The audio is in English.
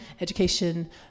education